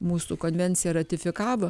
mūsų konvenciją ratifikavo